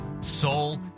soul